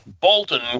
Bolton